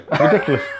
Ridiculous